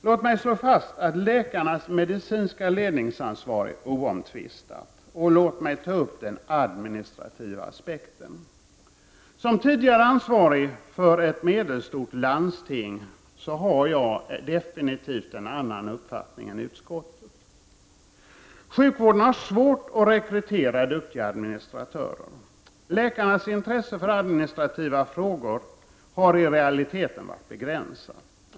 Låt mig slå fast att läkarnas medicinska ledningsansvar är oomtvistat, och låt mig ta upp den administrativa aspekten. Som tidigare ansvarig för ett medelstort landsting har jag definitivt en annan uppfattning än utskottet. Sjukvården har svårt att rekrytera duktiga administratörer. Läkarnas intresse för administrativa frågor har i realiteten varit begränsat.